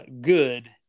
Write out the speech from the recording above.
good